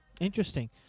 interesting